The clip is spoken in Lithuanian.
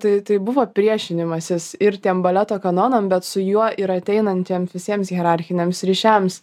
tai tai buvo priešinimasis ir tiem baleto kanonam bet su juo ir ateinantiem visiems hierarchiniams ryšiams